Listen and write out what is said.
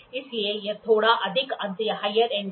इसलिए यह थोड़ा अधिक अंत है